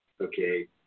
okay